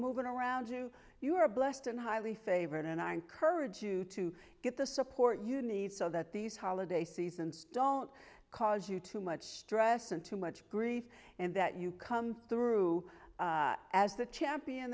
moving around you you are blessed and highly favored and i encourage you to get the support you need so that these holiday seasons don't cause you too much stress and too much grief and that you come through as the champion